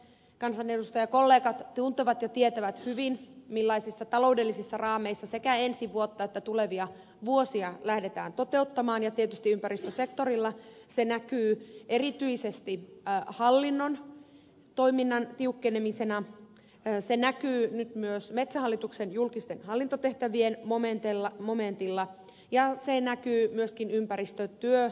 kansanedustajakollegat tuntevat ja tietävät hyvin millaisissa taloudellisissa raameissa sekä ensi vuotta että tulevia vuosia lähdetään toteuttamaan ja tietysti ympäristösektorilla se näkyy erityisesti hallinnon toiminnan tiukkenemisena se näkyy nyt myös metsähallituksen julkisten hallintotehtävien momentilla ja se näkyy myöskin ympäristötyömomentilla